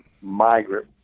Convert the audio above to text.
migrant